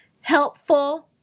helpful